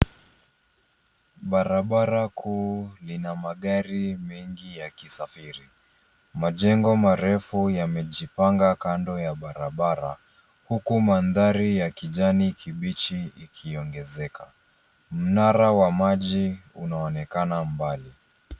Barabara kuu lina magari mengi yakisafiri. Majengo marefu yamejipanga kando ya barabara, huku mandhari ya kijani kibichi ikiongezeka. Mnara wa maji unaonekana mbali.